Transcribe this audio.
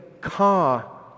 car